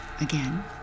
Again